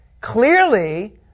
Clearly